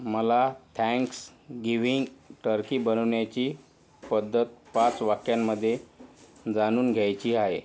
मला Thanksgiving turkey बनवण्याची पद्धत पाच वाक्यांमध्ये जाणून घ्यायची आहे